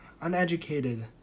uneducated